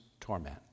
torment